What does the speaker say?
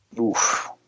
Oof